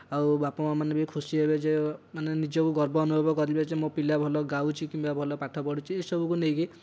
ଆଉ ବାପା ମାଆମାନେ ଭି ଖୁସି ହେବେ ଯେ ମାନେ ନିଜକୁ ଗର୍ବ ଅନୁଭବ କରିବେ ଯେ ମୋ ପିଲା ଭଲ ଗାଉଛି କିମ୍ବା ଭଲ ପାଠ ପଢ଼ୁଛି ଏହି ସବୁକୁ ନେଇକି